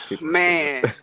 Man